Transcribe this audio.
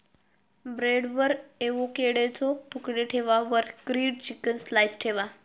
ब्रेडवर एवोकॅडोचे तुकडे ठेवा वर ग्रील्ड चिकन स्लाइस ठेवा